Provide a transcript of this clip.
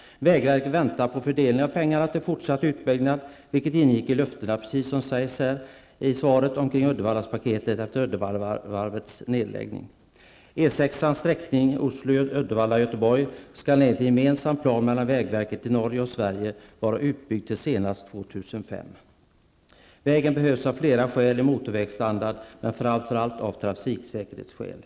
Vägverket väntar på att man vid fördelningen av pengarna skall anslå medel för fortsatt utbyggnad, vilket ingick i löftena -- precis som sägs i svaret -- Norge och vägverket i Sverige vara utbyggd senast år 2005. Vägen behöver av flera skäl ha motorvägsstandard, framför allt av trafiksäkerhetsskäl.